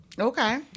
Okay